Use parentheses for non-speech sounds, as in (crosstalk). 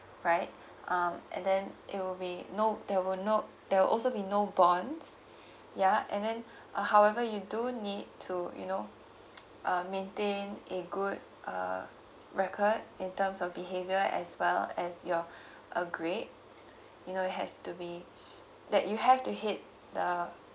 right um and then it will be no there will no there will also be no bond ya and then (breath) uh however you do need to you know uh maintain a good uh record in terms of behavior as well as your (breath) uh grade you know it has to be (breath) that you have to hit the